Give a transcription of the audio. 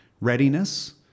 readiness